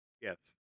Yes